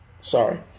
Sorry